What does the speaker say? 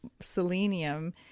selenium